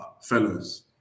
fellows